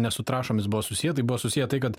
ne su trąšomis buvo susiję tai buvo susiję tai kad